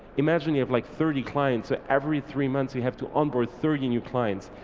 imagine you have like thirty clients ah every three months, you have to onboard thirty new clients,